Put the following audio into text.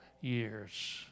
years